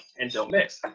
and don't mix.